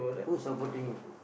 who is supporting him